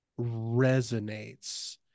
resonates